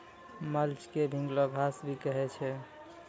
mulch क भींगलो घास भी कहै छै